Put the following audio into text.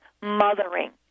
mothering